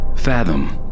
Fathom